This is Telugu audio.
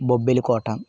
బొబ్బిలి కోట